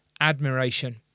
admiration